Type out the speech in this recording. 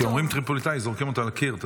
כי אומרים שטריפוליטאי, זורקים אותו על הקיר.